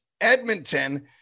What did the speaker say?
Edmonton